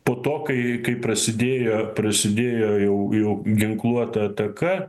po to kai kai prasidėjo prasidėjo jau jau ginkluota ataka